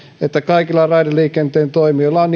että kaikilla raideliikenteen toimijoilla on